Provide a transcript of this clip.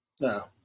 No